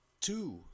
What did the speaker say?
two